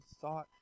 thought